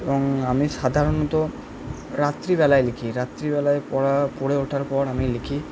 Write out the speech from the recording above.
এবং আমি সাধারণত রাত্রিবেলায় লিখি রাত্রিবেলায় পড়া করে ওঠার পর আমি লিখি